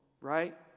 right